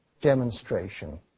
demonstration